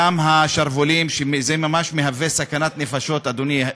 גם השרוולים, שזה ממש מהווה סכנת נפשות, אדוני,